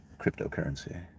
cryptocurrency